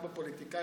גם בפוליטיקאים,